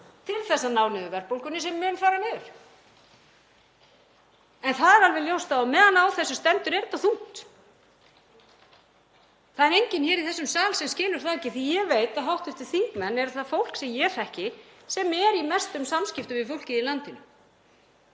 til að ná niður verðbólgunni sem mun fara niður. En það er alveg ljóst að á meðan á þessu stendur er þetta þungt. Það er enginn hér í þessum sal sem skilur það ekki því að ég veit að hv. þingmenn eru það fólk sem ég þekki sem er í mestum samskiptum við fólkið í landinu.